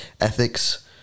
ethics